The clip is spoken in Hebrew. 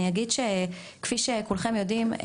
אני אגיד כפי שכולכם יודעים,